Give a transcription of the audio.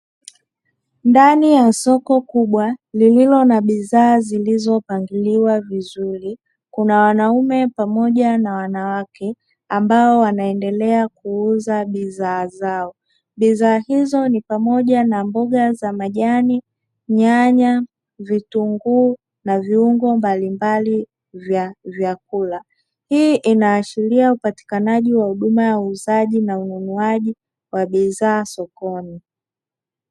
Ndani ya soko kubwa lililo na bidhaa zilizopangiliwa vizuri kuna wanaume pamoja na wanawake ambao wanaendelea kuuza bidhaa zao, bidhaa hizo ni pamoja na mboga za majani, nyanya, vitunguu na viungo mbalimbali vya vyakula. Hii inaashiria upatikanaji wa huduma ya uuzaji na ununuaji wa bidhaa sokoni.